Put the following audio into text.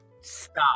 Stop